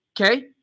Okay